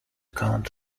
count